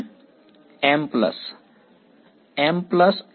વિદ્યાર્થી m plus